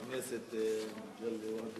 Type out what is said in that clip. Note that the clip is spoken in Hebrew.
חבר הכנסת מגלי והבה,